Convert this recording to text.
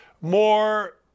more